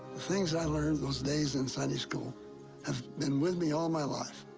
things i learned those days in sunday school have been with me all my life.